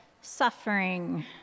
suffering